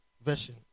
version